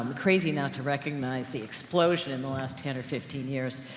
um crazy not to recognize the explosion in the last ten or fifteen years,